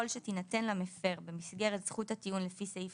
שתינתן למפר במסגרת זכות הטיעון לפי סעיף